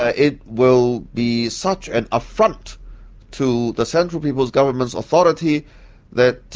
ah it will be such an affront to the central people's government's authority that